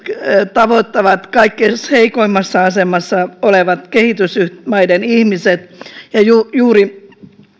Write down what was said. tavoittavat kaikkein heikoimmassa asemassa olevat kehitysmaiden ihmiset ja juuri juuri